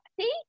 see